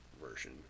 version